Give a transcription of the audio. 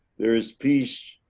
there is peace,